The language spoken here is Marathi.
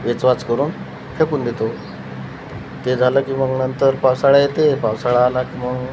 वेच वाच करून फेकून देतो ते झालं की मग नंतर पावसाळा येते पावसाळा आला की मग